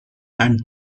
and